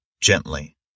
gently